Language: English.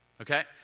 Okay